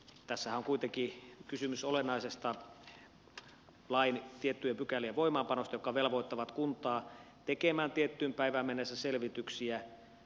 tässähän on kuitenkin kysymys olennaisesta lain tiettyjen pykälien voimaanpanosta joka velvoittaa kuntaa tekemään tiettyyn päivään mennessä selvityksiä